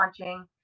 launching